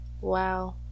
Wow